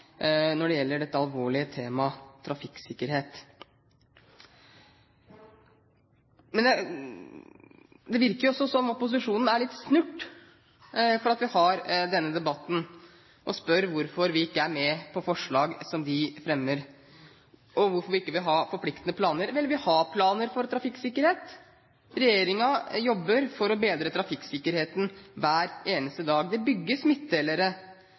når det gjelder dette alvorlige temaet: trafikksikkerhet. Det virker jo også som om opposisjonen er litt snurt over at vi har denne debatten, og spør hvorfor vi ikke er med på forslag som de fremmer, og hvorfor vi ikke vil ha forpliktende planer. Vel, vi har planer for trafikksikkerhet – regjeringen jobber for å bedre trafikksikkerheten hver eneste dag. Det bygges